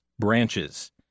branches